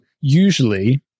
usually